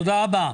תודה רבה.